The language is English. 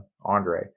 andre